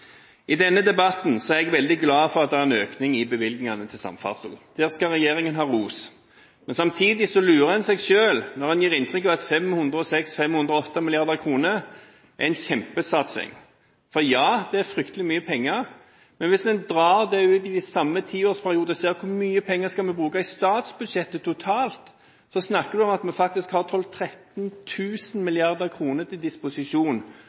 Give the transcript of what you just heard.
I denne debatten er jeg veldig glad for at det er en økning i bevilgningene til samferdsel. Der skal regjeringen ha ros. Men samtidig lurer en seg selv når en gir inntrykk av at 508 mrd. kr er en kjempesatsing. Ja, det er fryktelig mye penger, men hvis en drar det ut i den samme tiårsperioden og ser hvor mye skal vi bruke i statsbudsjettet totalt, snakker en om at vi faktisk har 12 000–13 000 mrd. kr til disposisjon.